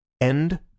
End